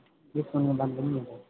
डिस्काउन्टमा बात गर्नु न त